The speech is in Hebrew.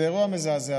זה אירוע מזעזע.